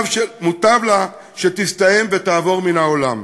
מוטב לה שתסתיים ותעבור מן העולם.